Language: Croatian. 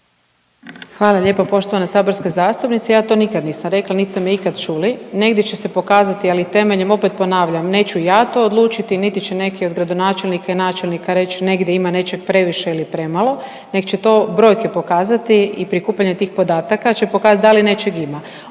Hvala lijepo poštovana saborska zastupnice. Ja to nikad nisam rekla, niste me ikad čuli. Negdje će se pokazati ali temeljem opet ponavljam, neću ja to odlučiti niti će neki od gradonačelnika i načelnika reći negdje ima nečeg previše ili premalo nego će to brojke pokazati i prikupljanje tih podataka će pokazati da li nečeg ima.